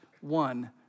one